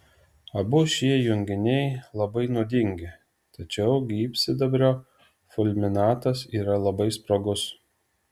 abu šie junginiai labai nuodingi tačiau gyvsidabrio fulminatas yra labai sprogus